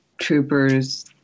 troopers